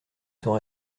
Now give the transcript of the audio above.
sont